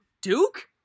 Duke